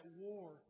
war